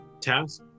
task